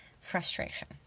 frustration